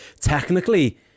technically